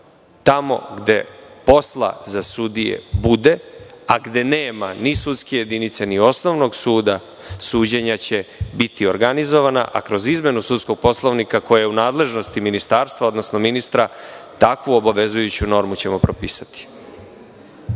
tamo gde posla za sudije bude, a gde nema ni sudske jedinice ni osnovnog suda, suđenja će biti organizovana, a kroz izmenu sudskog poslovnika, koje je u nadležnosti ministarstva, odnosno ministra, takvu obavezujuću normu ćemo propisati.